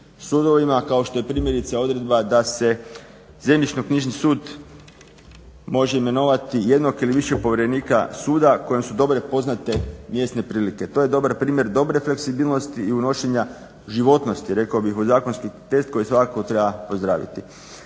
sudovima kao što je primjerice odredba da se zemljišnoknjižni sud može imenovati jednog ili više povjerenika suda kojem su dobro poznate mjesne prilike. To je dobar primjer dobre fleksibilnosti i unošenja životnosti rekao bih u zakonski tekst koji svakako treba pozdraviti.